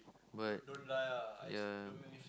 but ya